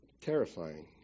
Terrifying